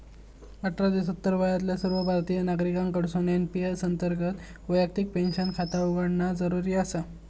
अठरा ते सत्तर वयातल्या सर्व भारतीय नागरिकांकडसून एन.पी.एस अंतर्गत वैयक्तिक पेन्शन खाते उघडणा जरुरी आसा